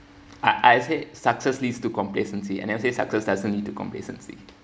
I I said success leads to complacency I never said success doesn't lead to complacency